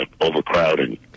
overcrowding